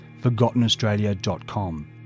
ForgottenAustralia.com